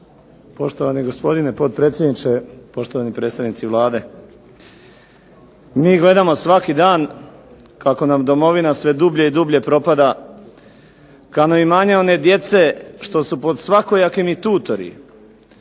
Poštovani gospodine potpredsjedniče, poštovani predstavnici Vlade. Mi gledamo svaki dan kako nam domovina sve dublje i dublje propada, kano imanje one djece što su pod …/Ne razumije